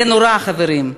זה נורא, חברים.